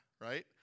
right